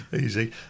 easy